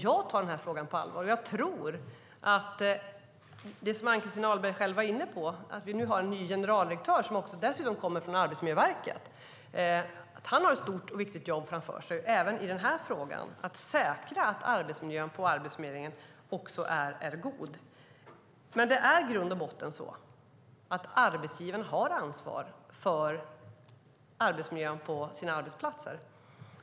Jag tar frågan på allvar. Som Ann-Christin Ahlberg själv var inne på har vi en ny generaldirektör som dessutom kommer från Arbetsmiljöverket. Han har ett stort och viktigt jobb framför sig även när det gäller att säkra att arbetsmiljön på Arbetsförmedlingen är god. Men det är i grund och botten så att arbetsgivaren har ansvar för arbetsmiljön på sina arbetsplatser.